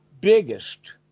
biggest